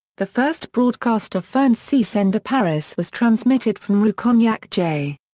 the first broadcast of fernsehsender paris was transmitted from rue cognac-jay.